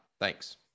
Thanks